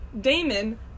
Damon